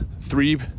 three